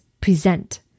present